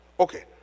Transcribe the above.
Okay